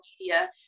media